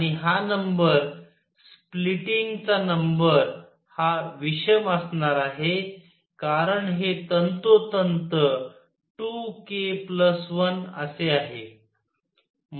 आणि हा number splitting चा नंबर हा विषम असणार आहे कारण हे तंतोतंत 2 k 1 असे आहे